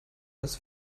das